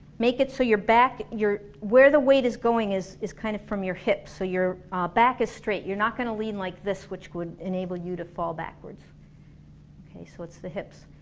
make it so your back where the weight is going is is kind of from your hips so you're back is straight, you're not gonna lean like this which would enable you to fall backwards okay so it's the hips,